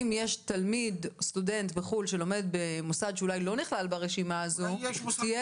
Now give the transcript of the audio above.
יש סטודנט בחו"ל שלומד במוסד שלא נכלל ברשימה הזאת תהיה